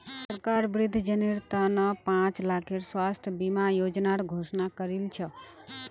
सरकार वृद्धजनेर त न पांच लाखेर स्वास्थ बीमा योजनार घोषणा करील छ